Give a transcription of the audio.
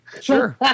Sure